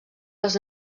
les